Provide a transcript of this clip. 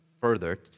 further